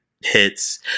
hits